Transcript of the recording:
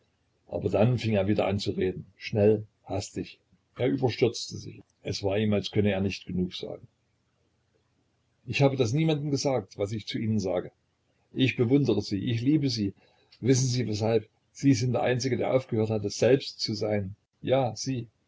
aber dann fing er wieder an zu reden schnell hastig er überstürzte sich es war ihm als könnte er nicht genug sagen ich habe das niemandem gesagt was ich zu ihnen sage ich bewundere sie ich liebe sie wissen sie weshalb sie sind der einzige der aufgehört hatte selbst zu sein ja sie